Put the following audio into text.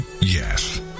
Yes